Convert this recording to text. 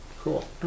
Cool